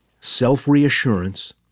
self-reassurance